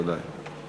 ודאי.